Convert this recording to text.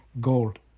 Gold